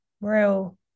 real